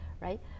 right